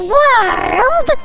world